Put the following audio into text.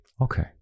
Okay